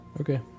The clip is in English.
Okay